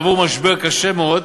יעברו משבר קשה מאוד.